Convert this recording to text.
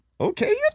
Okay